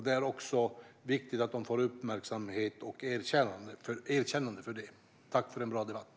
Det är också viktigt att de får uppmärksamhet och erkännande för det. Tack för en bra debatt!